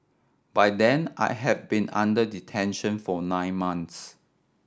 by then I had been under detention for nine months